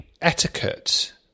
etiquette